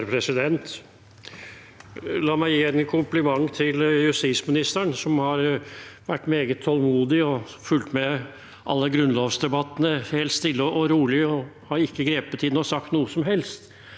(FrP) La meg gi en kompli- ment til justisministeren, som har vært meget tålmodig og fulgt med på alle grunnlovsdebattene helt stille og rolig, og ikke har grepet inn og sagt noe som helst.